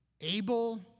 able